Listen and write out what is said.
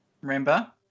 Remember